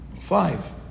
five